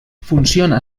funciona